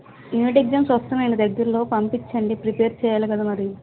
unit exams వస్తున్నాయి అండి దగ్గరలో పంపించండి ప్రిపేర్ చేయాలి కదా మరి